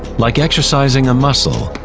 like exercising a muscle,